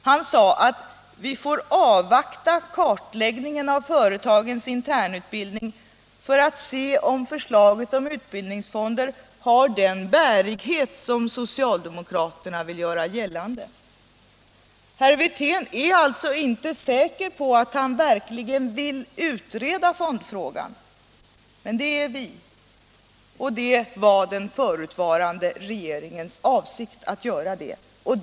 Han sade att vi får avvakta kartläggningen av företagens internutbildning för att se huruvida förslaget om utbildningsfonder har den bärighet som socialdemokraterna vill göra gällande. Herr Wirtén är alltså inte säker på att han verkligen vill utreda fondfrågan. Men det är vi, och det var den förutvarande regeringens avsikt att göra det.